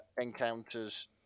encounters